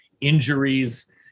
injuries